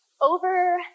Over